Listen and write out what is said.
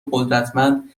قدرتمند